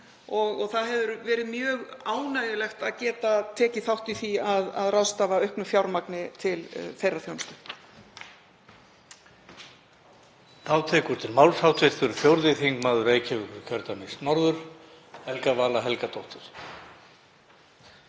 Það hefur verið mjög ánægjulegt að geta tekið þátt í því að ráðstafa auknu fjármagni til þeirrar þjónustu.